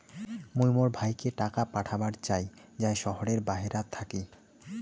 মুই মোর ভাইকে টাকা পাঠাবার চাই য়ায় শহরের বাহেরাত থাকি